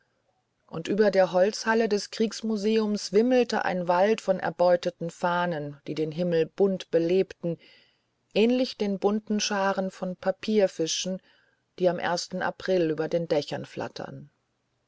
und über der holzhalle des kriegsmuseums wimmelte ein wald von erbeuteten fahnen die den himmel bunt belebten ähnlich den bunten scharen von papierfischen die am ersten april über den dächern flattern